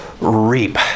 reap